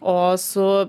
o su